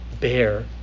bear